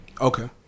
Okay